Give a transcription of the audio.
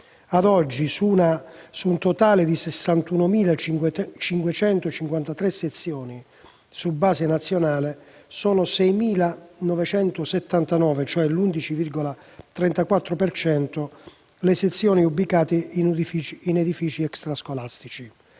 Ad oggi, su un totale di 61.553 sezioni su base nazionale, sono 6.979 (cioè 1'11,34 per cento) le sezioni ubicate in edifici extrascolastici.